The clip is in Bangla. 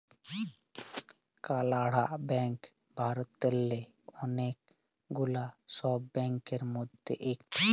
কালাড়া ব্যাংক ভারতেল্লে অলেক গুলা ছব ব্যাংকের মধ্যে ইকট